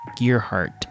Gearhart